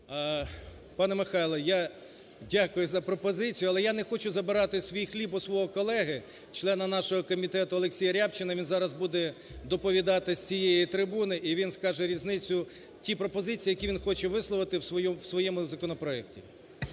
Пане Михайле, я дякую за пропозицію, але я не хочу забирати свій хліб у свого колеги, члена нашого комітету ОлексіяРябчина. Він зараз буде доповідати з цієї трибуни, і він скаже різницю, ті пропозиції, які він хоче висловити в своєму законопроекті.